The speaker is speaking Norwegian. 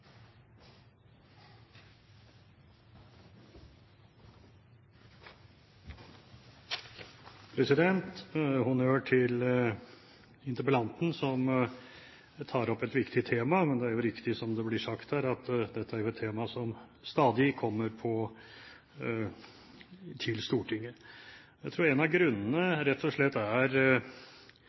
honnør til interpellanten, som tar opp et viktig tema. Men det er jo riktig som det blir sagt her, at dette er et tema som stadig kommer til Stortinget. Jeg tror en av grunnene er kanskje ikke så mye hva som ligger på stat og